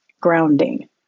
grounding